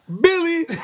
Billy